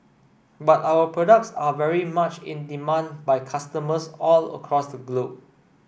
but our products are very much in demand by customers all across the globe